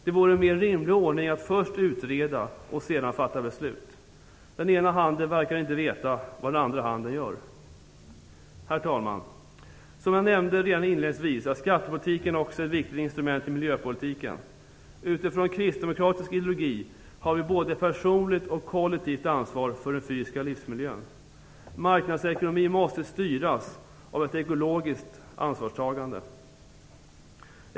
Det vore en mer rimlig ordning att först utreda och sedan fatta beslut. Den ena handen verkar inte veta vad den andra handen gör. Herr talman! Som jag nämnde redan inledningsvis är skattepolitiken också ett viktigt instrument i miljöpolitiken. Utifrån kristdemokratisk ideologi har vi både ett personligt och ett kollektivt ansvar för den fysiska livsmiljön. Marknadsekonomin måste styras av ett ekologiskt ansvarstagande.